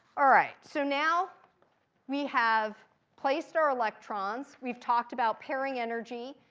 all right, so now we have placed our electrons. we've talked about pairing energy.